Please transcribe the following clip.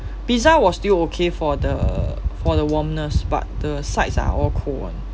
pizza was still okay for the for the warmness but the sides are all cold [one]